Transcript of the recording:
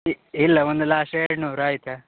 E ಇಲ್ಲ ಒಂದು last ಎರಡು ನೂರು ಆಯಿತಾ